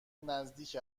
نزدیک